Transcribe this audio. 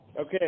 okay